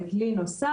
זהו כלי נוסף,